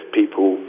people